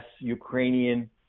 Ukrainian